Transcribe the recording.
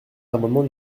l’amendement